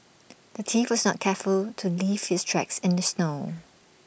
the thief was not careful to leave his tracks in the snow